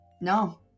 No